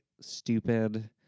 stupid